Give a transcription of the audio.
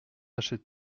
achète